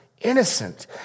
innocent